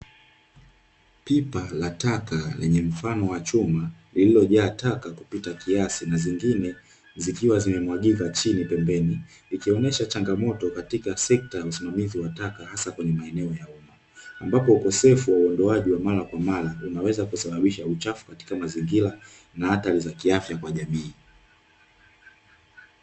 Pipa la taka lenye mfano wa chuma, lililojaa taka kupita kiasi na zingine zikiwa zimemwagika chini pembeni, ikionesha changamoto katika sekta ya usimamizi wa taka, hasa kwenye maeneo ya umma, ambapo ukosefu wa uondoaji wa mara kwa mara unaweza kusababisha uchafu katika mazingira na athari za kiafya katika jamii.